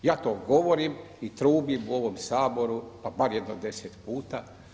Ja to govorim i trubim u ovom Saboru pa bar jedno deset puta.